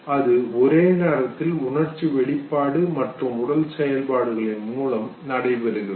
அது ஒரே நேரத்தில் உணர்ச்சி வெளிப்பாடு மற்றும் உடல் செயல்பாடுகளின் மூலம் நடைபெறுகிறது